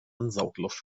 ansaugluft